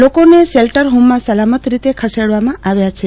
લોકો ને શોલ્ટરહોમમાં સલામત રીતે ખસેડવામાં આવ્યા છે